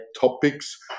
topics